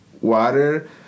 water